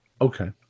Okay